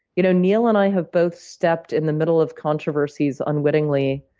you know neil and i have both stepped in the middle of controversies unwittingly,